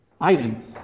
items